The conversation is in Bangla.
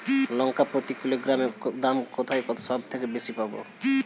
লঙ্কা প্রতি কিলোগ্রামে দাম কোথায় সব থেকে বেশি পাব?